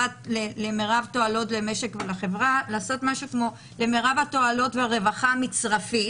"למרב תועלות למשק ולחברה" לכתוב: "למרב התועלות והרווחה המצרפית".